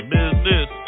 Business